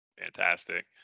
fantastic